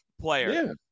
player